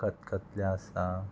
खतखतें आसा